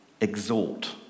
exhort